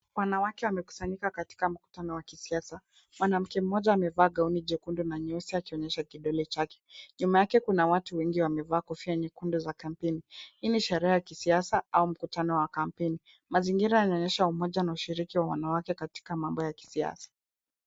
Wanawake wamekusanyika katika mkutano wa kisiasa. Mwanamke mmoja amevaa gauni jekundu na nyeusi akionyesha kidole chake. Nyuma yake kuna watu wengi wamevaa kofia nyekundu za kampeni. Hii ni ishara ya kisiasa au mkutano wa kampeni. Mazingira yanaonyesha umoja na ushirikiano wa wanawake katika mambo ya kisiasa.